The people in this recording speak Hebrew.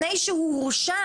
הוא הורשע,